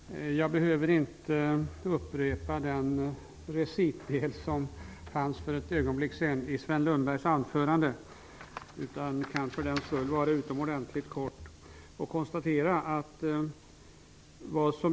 Herr talman! Jag behöver inte upprepa den recitdel som vi för ett ögonblick sedan kunde höra i Sven Lundbergs anförande. Därför kan jag fatta mig utomordentligt kort.